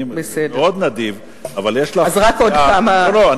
אני מאוד נדיב, אבל יש לך, אז רק עוד כמה, לא, לא.